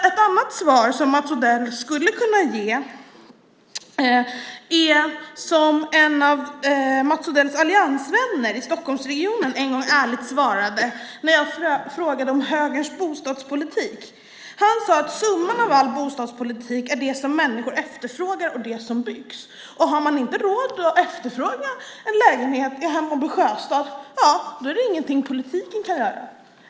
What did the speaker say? Ett annat svar som Mats Odell skulle kunna ge är det svar som en av Mats Odells alliansvänner i Stockholmsregionen en gång ärligt gav när jag frågade om högerns bostadspolitik. Han sade att summan av all bostadspolitik är det som människor efterfrågar och det som byggs. Har man inte råd att efterfråga en lägenhet i Hammarby Sjöstad är det ingenting politiken kan göra.